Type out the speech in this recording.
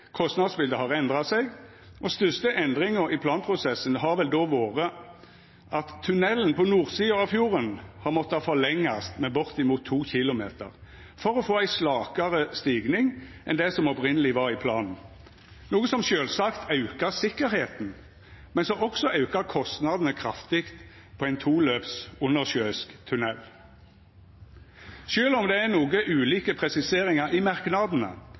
kostnadsbildet har endra seg, og den største endringa i planprosessen har vel vore at tunnelen på nordsida av fjorden har måtta forlengast med bortimot 2 km for å få ei slakare stigning enn det som opphaveleg var i planen, noko som sjølvsagt aukar sikkerheita, men som også aukar kostnadene kraftig på ein toløps undersjøisk tunnel. Sjølv om det er noko ulike presiseringar i merknadene,